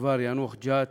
מכפר יאנוח-ג'ת.